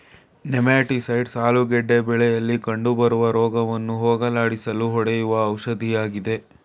nematicides ಆಲೂಗೆಡ್ಡೆ ಬೆಳೆಯಲಿ ಕಂಡುಬರುವ ರೋಗವನ್ನು ಹೋಗಲಾಡಿಸಲು ಹೊಡೆಯುವ ಔಷಧಿಯಾಗಿದೆ